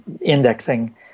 indexing